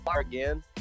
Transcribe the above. again